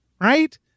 Right